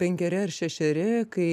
penkeri ar šešeri kai